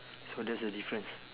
so that's the difference